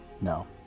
No